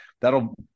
that'll